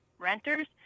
renters